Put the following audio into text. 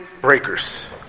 breakers